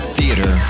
Theater